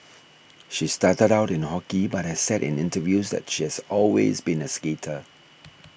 she started out in hockey but has said in interviews that she has always been a skater